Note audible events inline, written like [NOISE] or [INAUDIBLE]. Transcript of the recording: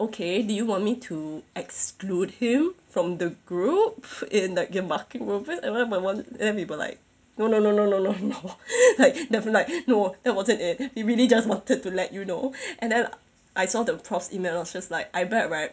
okay do you want me to exclude him from the group in like the marking rubric like why my one then we were like no no no no no no no [LAUGHS] like definitely like no that wasn't it we really just wanted to let you know and then I saw the prof's email then I was just like I bet right